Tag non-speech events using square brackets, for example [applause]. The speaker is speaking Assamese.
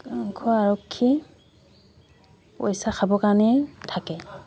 [unintelligible] আৰক্ষী পইচা খাবৰ কাৰণেই থাকে